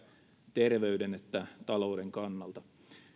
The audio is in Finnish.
terveyden että talouden kannalta